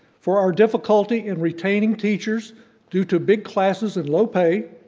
for our difficulty in retaining teachers due to big classes and low pay,